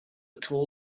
tall